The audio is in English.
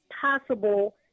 possible